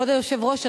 כבוד היושב-ראש,